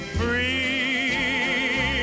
free